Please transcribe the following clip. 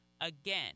again